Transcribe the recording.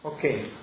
Okay